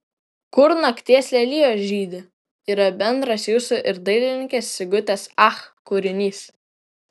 kur nakties lelijos žydi yra bendras jūsų ir dailininkės sigutės ach kūrinys